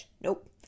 Nope